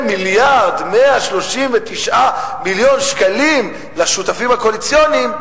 1.139 מיליארד שקלים לשותפים הקואליציוניים,